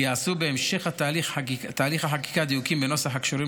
בהמשך תהליך החקיקה ייעשו בנוסח דיוקים הקשורים